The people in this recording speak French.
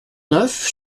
neuf